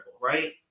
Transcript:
right